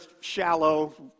shallow